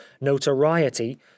notoriety